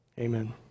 Amen